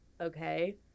okay